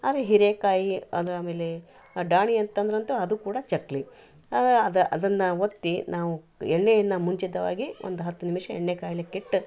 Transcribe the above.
ಆದರೆ ಹೀರೆಕಾಯಿ ಅಂದರ ಆಮೇಲೆ ಡಾಣಿ ಅಂತಂದರಂತು ಅದು ಕೂಡ ಚಕ್ಲಿ ಅದ ಅದನ್ನ ಒತ್ತಿ ನಾವು ಎಣ್ಣೆಯನ್ನ ಮುಂಚಿತವಾಗಿ ಒಂದು ಹತ್ತು ನಿಮಿಷ ಎಣ್ಣೆ ಕಾಯ್ಲಿಕಿಟ್ಟು